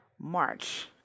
March